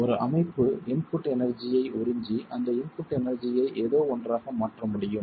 ஒரு அமைப்பு input energy ஐ உறிஞ்சி அந்த இன்புட் எனர்ஜி ஐ ஏதோவொன்றாக மாற்ற முடியும்